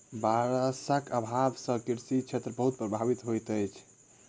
वर्षाक अभाव सॅ कृषि क्षेत्र बहुत प्रभावित होइत अछि